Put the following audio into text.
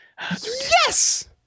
Yes